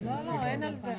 --- אין החלטה.